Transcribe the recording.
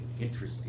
interesting